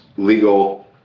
legal